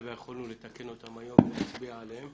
ויכולנו לתקן אותן היום ולהצביע עליהן.